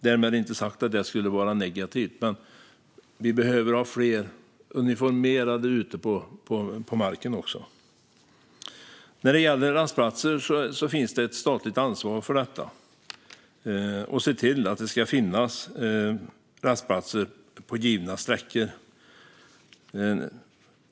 Därmed inte sagt att det skulle vara negativt, men vi behöver ha fler uniformerade poliser ute på gatorna också. När det gäller rastplatser finns det ett statligt ansvar för att se till att det ska finnas rastplatser på givna sträckor.